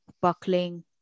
buckling